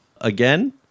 again